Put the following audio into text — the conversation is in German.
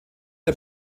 der